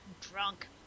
drunk